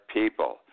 people